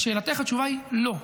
לשאלתך, התשובה היא לא.